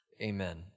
Amen